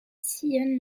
sillonne